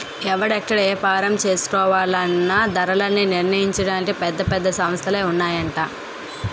ఎవడు ఎక్కడ ఏపారం చేసుకోవాలన్నా ధరలన్నీ నిర్ణయించడానికి పెద్ద పెద్ద సంస్థలే ఉన్నాయట